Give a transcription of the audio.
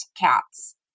cats